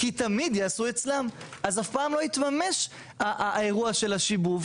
כי תמיד יעשו אצלם אז אף פעם לא יתממש האירוע של השיבוב,